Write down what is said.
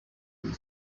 gihe